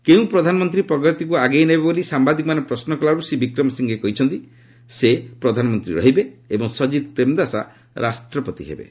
କେଉଁ ପ୍ରଧାନମନ୍ତ୍ରୀ ପ୍ରଗତିକୁ ଆଗେଇ ନେବେ ବୋଲି ସାମ୍ଭାଦିକମାନେ ପ୍ରଶ୍ର କଲାରୁ ଶ୍ରୀ ବିକ୍ରମସିଂହେ କହିଛନ୍ତି ସେ ପ୍ରଧାନମନ୍ତ୍ରୀ ରହିବେ ଏବଂ ସଜିତ୍ ପ୍ରେମ୍ଦାସା ରାଷ୍ଟ୍ରପତି ହେବେ